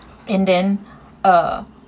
and then uh